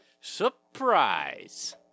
Surprise